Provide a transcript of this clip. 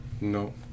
No